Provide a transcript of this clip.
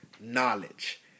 knowledge